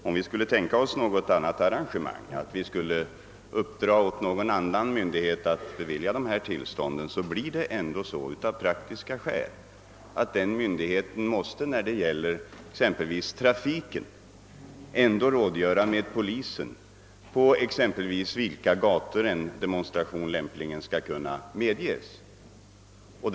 Om vi skulle tänka oss något annat arrangemang och uppdra åt en annan myndighet att bevilja dessa tillstånd, blir det av praktiska skäl ändå så att den myndigheten när det gäller exempelvis trafiken måste rådgöra med polisen för att avgöra på vilka gator en demonstration lämpligen skall kunna genomföras.